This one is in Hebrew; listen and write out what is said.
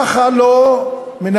ככה לא מנהלים,